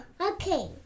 Okay